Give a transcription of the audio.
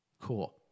cool